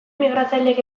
migratzaileek